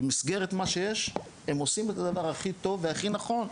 במסגרת מה שיש הם עושים את הדבר הכי טוב והכי נכון.